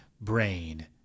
brain